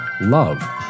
Love